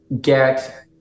get